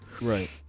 Right